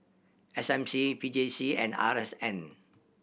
S M C P J C and R S N